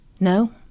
No